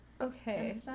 Okay